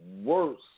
worse